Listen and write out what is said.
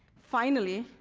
finally,